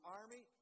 army